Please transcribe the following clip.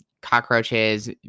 Cockroaches